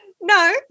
No